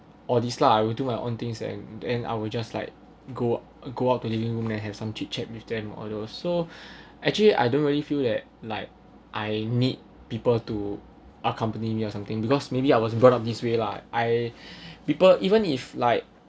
or this lah I will do my own things and and I will just like go go out to living room and have some chit chat with them although so actually I don't really feel that like I need people to accompany me or something because maybe I was brought up this way lah I people even if like